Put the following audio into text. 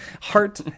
heart